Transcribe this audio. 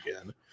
again